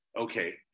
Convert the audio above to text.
okay